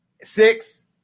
six